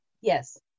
yes